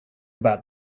about